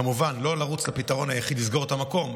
כמובן, לא נרוץ לפתרון היחיד, לסגור את המקום.